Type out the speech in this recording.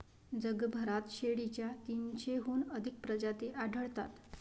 जगभरात शेळीच्या तीनशेहून अधिक प्रजाती आढळतात